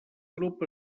grup